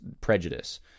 prejudice